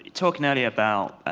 talking earlier about